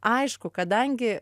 aišku kadangi